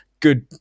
Good